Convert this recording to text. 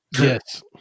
Yes